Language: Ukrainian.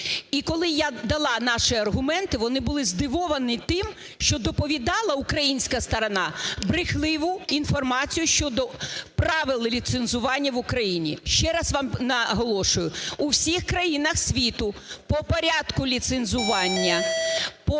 І коли я дала наші аргументи, вони були здивовані тим, що доповідала українська сторона брехливу інформацію щодо правил ліцензування в Україні. Ще раз вам наголошую, в усіх країнах світу по порядку ліцензування,